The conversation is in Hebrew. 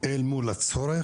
אל מול הצורך.